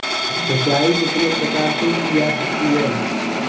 सिंचाई कितने प्रकार से की जा सकती है?